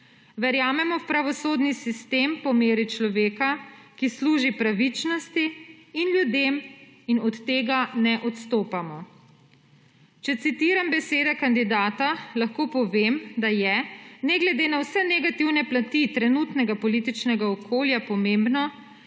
Verjamemo v pravosodni sistem po meri človeka, ki služi pravičnosti in ljudem, in od tega ne odstopamo. Če citiram besede kandidata, lahko povem, da je ne glede na vse negativne plati trenutnega političnega okolja pomembno,